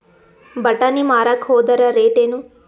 ಬಟಾನಿ ಮಾರಾಕ್ ಹೋದರ ರೇಟೇನು?